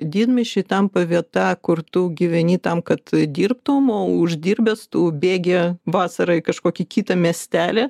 didmiesčiai tampa vieta kur tu gyveni tam kad dirbtum o uždirbęs tu bėgi vasarą į kažkokį kitą miestelį